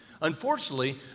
Unfortunately